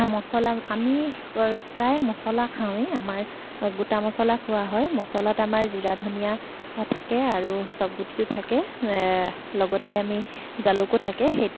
মছলা আমি প্ৰায়ে মছলা খাওঁৱেই আমাৰ গোটা মছলা খোৱা হয় মছলাত আমাৰ জিৰা ধনিয়া থাকে আৰু ছফ গুটিটো থাকে লগতে আমি জালুকো থাকে সেই